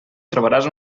trobaràs